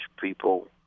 people